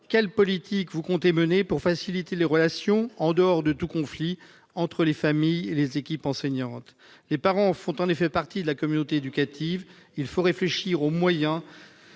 quelle politique vous comptez mener pour faciliter les relations, hors de tout conflit, entre familles et équipes enseignantes. Les parents font en effet partie de la communauté éducative. Il faut réfléchir aux moyens